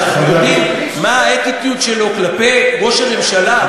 שאנחנו יודעים מה ה-attitude שלו כלפי ראש הממשלה,